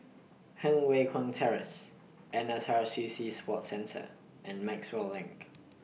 Heng Way Keng Terrace N S R C C Sports Centre and Maxwell LINK